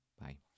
Bye